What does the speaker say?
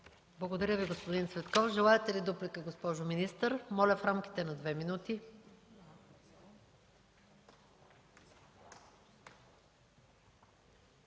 Благодаря Ви, господин Цветков. Желаете ли дуплика, госпожо министър? Моля – в рамките на две минути.